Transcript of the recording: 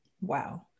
Wow